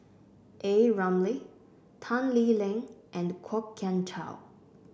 A Ramli Tan Lee Leng and Kwok Kian Chow